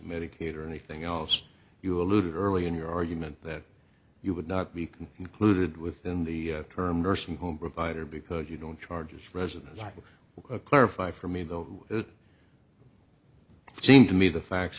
medicaid or anything else you alluded earlier in your argument that you would not be included within the term nursing home provider because you don't charge as resident like a clarify for me though it seemed to me the facts